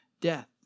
death